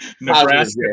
Nebraska